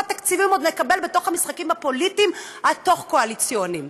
תקציבים עוד נקבל במשחקים הפוליטיים התוך-קואליציוניים.